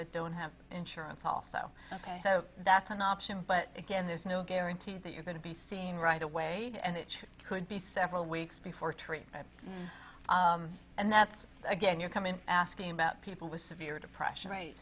that don't have insurance also ok so that's an option but again there's no guarantees that you're going to be seeing right away and it could be several weeks before treatment and that's again you're coming asking about people with severe depression right